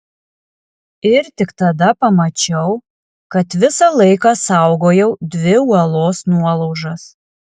ir tik tada pamačiau kad visą laiką saugojau dvi uolos nuolaužas